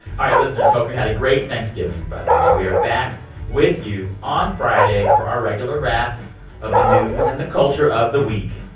right, listeners, hope you had a great thanksgiving, by the way. we are back with you on friday for our regular wrap of the news and the culture of the week.